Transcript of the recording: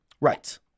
Right